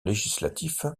législatif